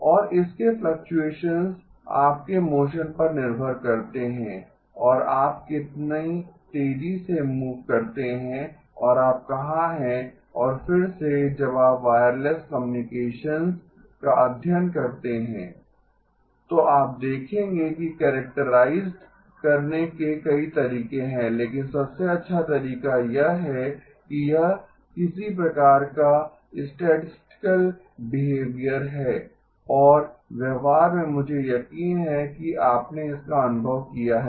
और इसके फ्लक्टुएशन्स आपके मोशन पर निर्भर करते हैं और आप कितनी तेजी से मूव करते हैं और आप कहां हैं और फिर से जब आप वायरलेस कम्युनिकेशन्स का अध्ययन करते हैं तो आप देखेंगे कि कैरक्टराइज़ करने के कई तरीके हैं लेकिन सबसे अच्छा तरीका यह है कि यह किसी प्रकार का स्टैटिस्टिकल बिहेवियर है और व्यवहार में मुझे यकीन है कि आपने इसका अनुभव किया है